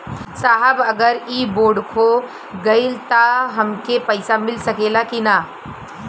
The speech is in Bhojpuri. साहब अगर इ बोडखो गईलतऽ हमके पैसा मिल सकेला की ना?